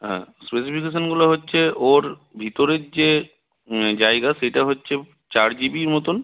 হ্যাঁ স্পেসিফিকেশানগুলো হচ্ছে ওর ভিতরের যে জায়গা সেটা হচ্ছে চার জিবির মতন